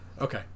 Okay